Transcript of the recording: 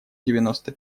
девяносто